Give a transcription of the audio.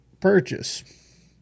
purchase